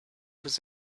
was